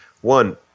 one